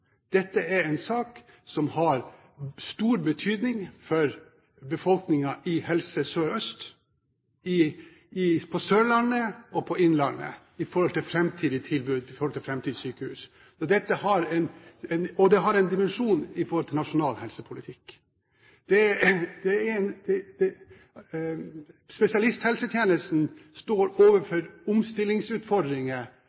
Dette er en sak som har stor betydning for befolkningen i Helse Sør-Øst-området, på Sørlandet og i Innlandet i forhold til framtidige tilbud og framtidige sykehus. Det har også en dimensjon i forhold til nasjonal helsepolitikk. Spesialisthelsetjenesten står overfor omstillingsutfordringer i stor skala i årene som kommer. Det